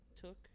took